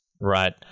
right